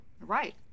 Right